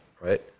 right